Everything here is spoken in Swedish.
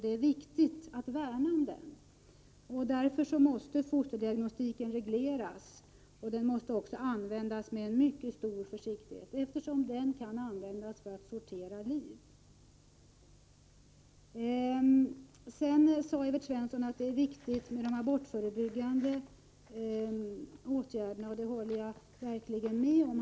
Det är viktigt att värna om den. Därför måste fosterdiagnostiken regleras och användas med mycket stor försiktighet. Den kan ju användas för att sortera liv. Evert Svensson framhöll att de abortförebyggande åtgärderna är viktiga. Det håller jag verkligen med om.